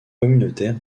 communautaire